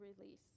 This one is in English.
release